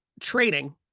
trading